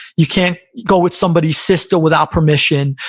you can't go with somebody's sister without permission.